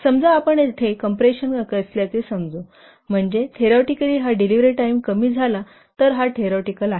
समजा आपण तेथे कम्प्रेशन असल्याचे समजू म्हणजे थिओरिटिकली हा डिलिव्हरी टाइम कमी झाला तर हा थिओरिटिकल आहे